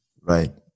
Right